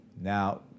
Now